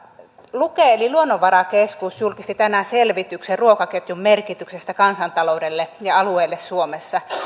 luke eli luonnonvarakeskus julkisti tänään selvityksen ruokaketjun merkityksestä kansantaloudelle ja alueille suomessa